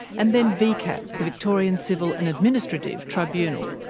and then vcat, the victorian civil and administrative tribunal.